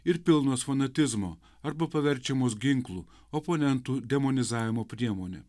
ir pilnos fanatizmo arba paverčiamos ginklu oponentų demonizavimo priemone